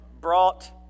brought